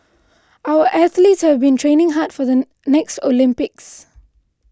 our athletes have been training hard for the next Olympics